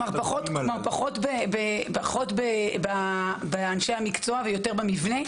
כלומר, פחות באנשי המקצוע ויותר במבנה?